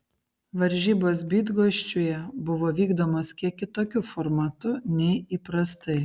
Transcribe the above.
varžybos bydgoščiuje buvo vykdomos kiek kitokiu formatu nei įprastai